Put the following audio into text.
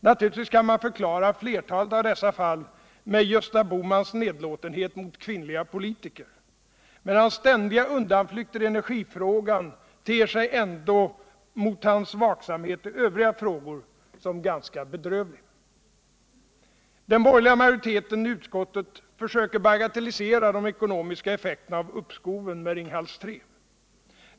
Naturligtvis kan man förklara flertalet av dessa fall med Gösta Bohmans nedlåtenhet mot kvinnliga politiker. Men hans ständiga undanflykter i energifrågan ter sig ändå mot hans vaksamhet i övriga frågor som något ganska bedrövligt. Den borgerliga majoriteten i utskottet försöker bagatellisera de eko Energiforskning, nomiska effekterna av uppskoven med Ringhals 3.